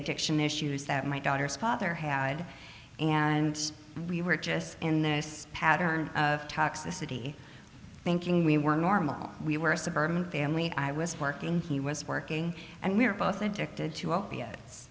addiction issues that my daughter's father had and we were just in this pattern of toxicity thinking we were normal we were a suburban family i was working he was working and we were both addicted to opiates